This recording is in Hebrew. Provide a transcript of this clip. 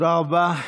תודה רבה.